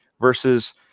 versus